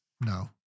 No